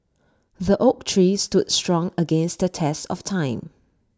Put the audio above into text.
the oak tree stood strong against the test of time